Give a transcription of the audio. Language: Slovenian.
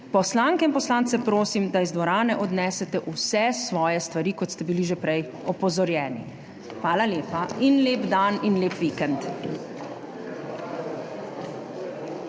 Poslanke in poslanci, prosim, da iz dvorane odnesete vse svoje stvari, kot ste bili že prej opozorjeni. Hvala lepa. Lep dan in lep vikend!